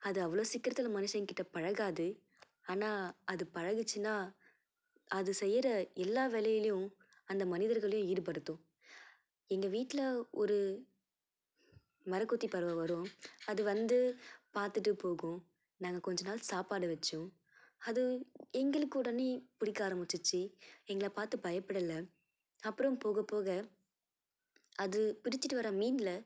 அது அவ்வளோ சீக்கிரத்தில் மனுஷங்ககிட்ட பழகாது ஆனால் அது பழகுச்சின்னால் அது செய்கிற எல்லா வேலைலேயும் அந்த மனிதர்களையும் ஈடுபடுத்தும் எங்கள் வீட்டில ஒரு மரங்கொத்தி பறவை வரும் அது வந்து பார்த்துட்டு போகும் நாங்கள் கொஞ்ச நாள் சாப்பாடு வச்சோம் அது எங்களுக்கும் உடனே பிடிக்க ஆரம்பிச்சிடுச்சு எங்களை பார்த்து பயப்படலை அப்புறம் போக போக அது பிடிச்சிகிட்டு வர்ற மீனுல